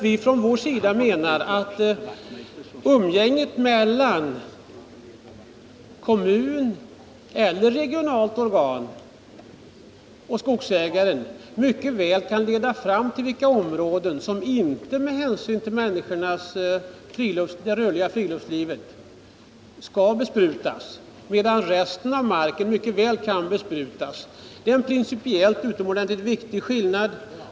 Vi från vår sida menar i stället att överläggningar mellan ett kommunalt eller ett regionalt organ och skogsägaren mycket väl kan leda fram till en överenskommelse om vilka områden som med hänsyn till det rörliga friluftslivet inte skall besprutas och vilka områden som mycket väl kan besprutas. Det är en principiellt utomordentligt viktig skillnad.